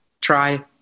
try